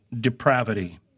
depravity